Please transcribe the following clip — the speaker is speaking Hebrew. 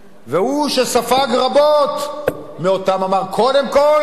והוא שספג רבות מאותם, אמר: קודם כול,